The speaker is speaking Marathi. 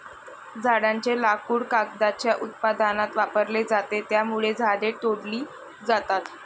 झाडांचे लाकूड कागदाच्या उत्पादनात वापरले जाते, त्यामुळे झाडे तोडली जातात